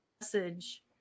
message